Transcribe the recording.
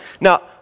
Now